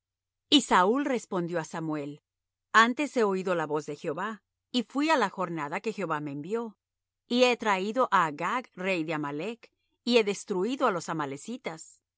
y saúl respondió á samuel antes he oído la voz de jehová y fuí á la jornada que jehová me envió y he traído á agag rey de amalec y he destruído á los amalecitas